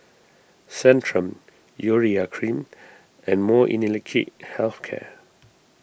Centrum Urea Cream and Molnylcke Health Care